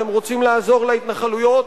אתם רוצים לעזור להתנחלויות?